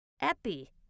Epi